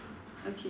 okay